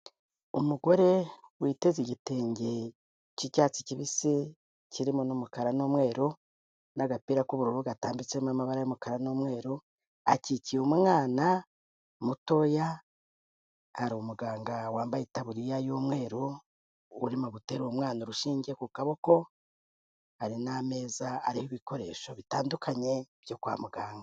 Umugore witeze igitenge cy'icyatsi kibisi, kirimo n'umukara n'umweru, n'agapira k'ubururu gatambitsemo amabara y'umukara n'umweru, akikiye umwana mutoya, hari umuganga wambaye itabuririya y'umweru, uri mu gutera umwana urushinge ku kaboko, hari n'ameza ariho ibikoresho bitandukanye byo kwa muganga.